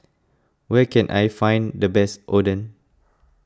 where can I find the best Oden